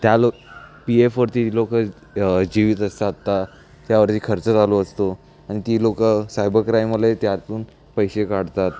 त्या लोक पी एफवरती लोकं जीवित असतातता त्यावरती खर्च चालू असतो आणि ती लोकं सायबर क्राईमवाले त्यातून पैसे काढतात